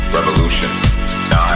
Revolution